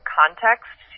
context